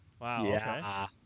Wow